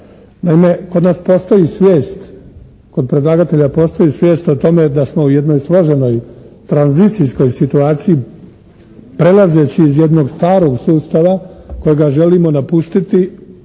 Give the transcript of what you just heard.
Naime, kod nas postoji svijest, kod predlagatelja postoji svijest o tome da smo u jednoj složenoj tranzicijskoj situaciji prelazeći iz jednog starog sustava kojega želimo napustiti